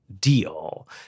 deal